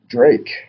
Drake